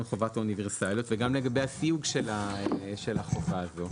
חובת האוניברסליות וגם לגבי הסיוג של החובה הזאת.